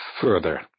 further